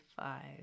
five